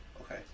Okay